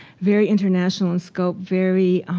very international in scope, very